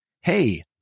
Hey